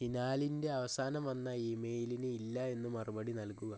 ഹിനാലിൻ്റെ അവസാനം വന്ന ഇ മെയിലിന് ഇല്ല എന്ന് മറുപടി നൽകുക